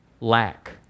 lack